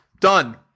Done